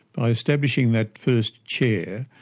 by establishing that first chair,